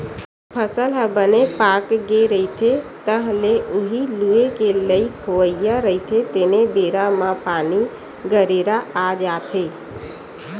फसल ह बने पाकगे रहिथे, तह ल उही लूए के लइक होवइया रहिथे तेने बेरा म पानी, गरेरा आ जाथे